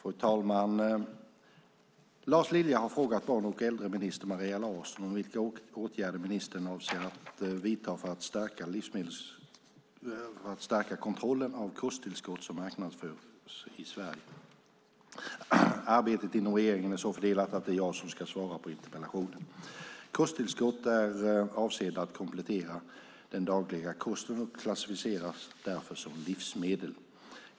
Fru talman! Lars Lilja har frågat barn och äldreminister Maria Larsson vilka åtgärder ministern avser att vidta för att stärka kontrollen av kosttillskott som marknadsförs i Sverige. Arbetet inom regeringen är så fördelat att det är jag som ska svara på interpellationen. Kosttillskott är avsedda att komplettera den dagliga kosten och klassificeras därför som livsmedel.